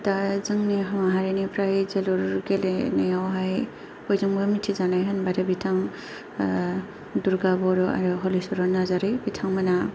दा जोंनि माहारिनि फ्राय जोलुर गेलेनायाव हाय बयजोंबो मिथिजानाय होनबाथाय बिथां दुरगा बर' आरो हलिसरन नार्जारि बिथांमोनहा